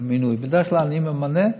בדרך כלל אני ממנה.